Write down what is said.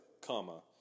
comma